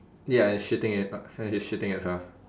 ya it's shitting in he's shitting at her